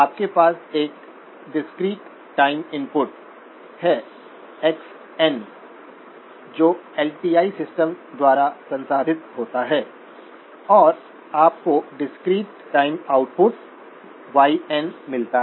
आपके पास एक डिस्क्रीट टाइम इनपुट है एक्स ऍन x n जो एल टी आई सिस्टम द्वारा संसाधित होता है और आपको discrete time output y n y n मिलता है